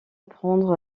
prendre